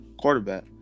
Quarterback